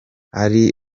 ari